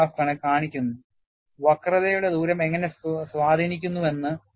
ഈ ഗ്രാഫ് കാണിക്കുന്നു വക്രതയുടെ ദൂരം എങ്ങനെ സ്വാധീനിക്കുന്നുവെന്ന്